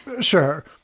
Sure